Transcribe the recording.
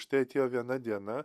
štai atėjo viena diena